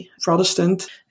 Protestant